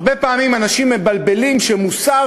הרבה פעמים אנשים מבלבלים וחושבים שמוסר